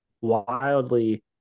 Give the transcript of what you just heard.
Wildly